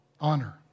honor